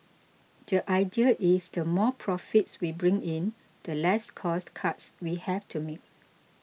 the idea is the more profits we bring in the less cost cuts we have to make